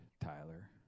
Tyler